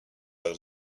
are